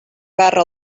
barra